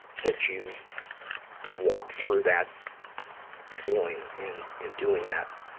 that you walked through that feeling in, in doing that,